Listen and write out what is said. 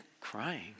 crying